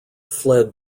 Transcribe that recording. fled